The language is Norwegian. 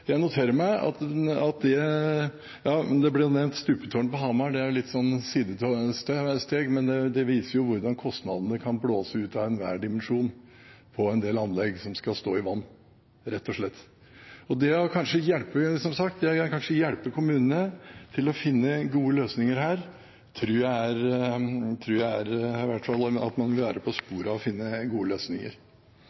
Det ble nevnt stupetårn på Hamar, det er jo et lite sidesteg, men det viser hvordan kostnadene kan blåse ut av enhver dimensjon på en del anlegg som skal stå i vann, rett og slett. Som sagt, det å hjelpe kommunene til å finne gode løsninger her tror jeg gjør at man i hvert fall vil være på